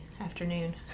afternoon